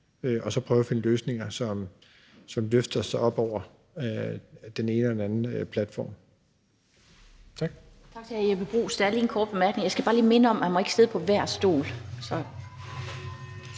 vi prøve at finde løsninger, som løfter sig op over den ene eller den anden platform. Tak. Kl. 17:04 Den fg. formand (Annette Lind): Tak til hr. Jeppe Bruus. Jeg skal bare lige minde om, at man ikke må sidde på hver stol.